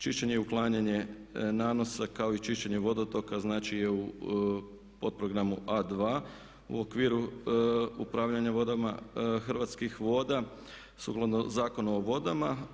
Čišćenje i uklanjanje nanosa kao i čišćenje vodotoka znači je po programu A2 u okviru upravljanja vodama Hrvatskih voda sukladno Zakonu o vodama.